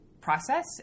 process